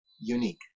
unique